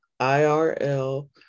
IRL